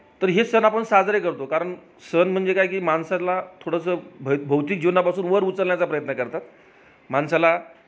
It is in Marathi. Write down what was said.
तर हे सण आपण साजरे करतो कारण सण म्हणजे काय की माणसाला थोडंसं भ भौतिक जीवनापासून वर उचलण्याचा प्रयत्न करतात माणसाला